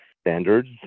standards